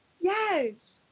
Yes